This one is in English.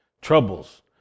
troubles